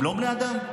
הם לא בני אדם?